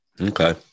Okay